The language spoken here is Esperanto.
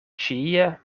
ĉie